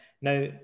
Now